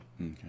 Okay